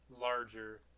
larger